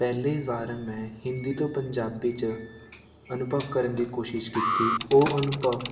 ਪਹਿਲੀ ਵਾਰ ਮੈਂ ਹਿੰਦੀ ਤੋਂ ਪੰਜਾਬੀ 'ਚ ਅਨੁਭਵ ਕਰਨ ਦੀ ਕੋਸ਼ਿਸ਼ ਕੀਤੀ ਉਹ ਅਨੁਭਵ